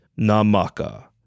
namaka